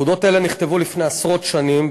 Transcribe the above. הפקודות האלה נכתבו לפני עשרות שנים,